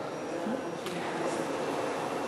לבית-חולים אחר וגם לא יכול לטפל.